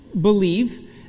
believe